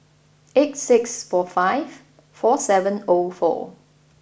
eight six four five four seven O four